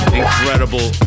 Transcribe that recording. incredible